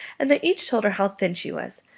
and they each told her how thin she was,